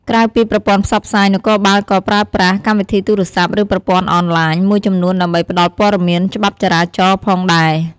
ក្រៅពីប្រព័ន្ធផ្សព្វផ្សាយ នគរបាលក៏ប្រើប្រាស់ កម្មវិធីទូរស័ព្ទ ឬប្រព័ន្ធអនឡាញ មួយចំនួនដើម្បីផ្តល់ព័ត៌មានច្បាប់ចរាចរណ៍ផងដែរ។